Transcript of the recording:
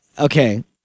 okay